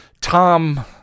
Tom